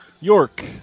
York